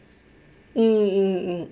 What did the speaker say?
um um um